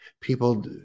people